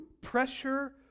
pressure